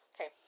Okay